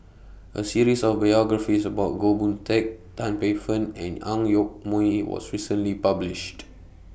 A series of biographies about Goh Boon Teck Tan Paey Fern and Ang Yoke Mooi was recently published